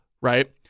right